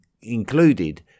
included